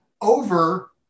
over